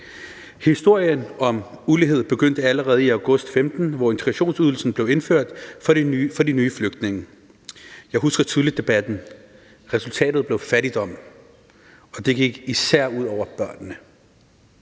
Historien om ulighed begyndte allerede i august 2015, hvor integrationsydelsen blev indført for de nye flygtninge. Jeg husker tydeligt debatten. Resultatet blev fattigdom, og det gik især ud over børnene.